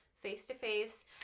face-to-face